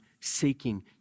seeking